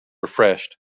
refreshed